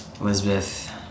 Elizabeth